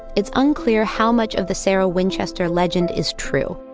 it's unclear how much of the sarah winchester legend is true.